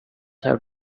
have